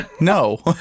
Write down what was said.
No